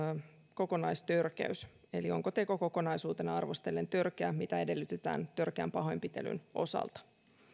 kokonaistörkeys eli onko teko kokonaisuutena arvostellen törkeä mitä edellytetään törkeän pahoinpitelyn osalta